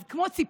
אז כמו ציפור,